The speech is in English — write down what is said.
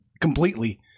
completely